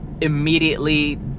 immediately